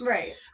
Right